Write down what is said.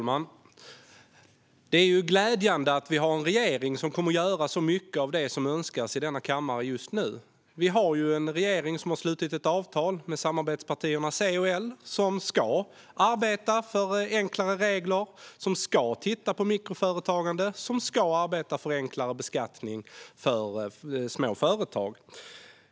Herr talman! Det är glädjande att vi har en regering som kommer att göra så mycket av det som önskas i denna kammare just nu. Regeringen har ju slutit avtal med samarbetspartierna C och L och ska arbeta för enklare regler, titta på mikroföretagande och arbeta för enklare beskattning för små företag.